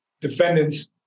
defendants